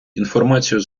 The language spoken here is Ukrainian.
інформацією